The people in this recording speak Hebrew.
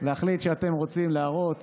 להחליט שאתם רוצים להראות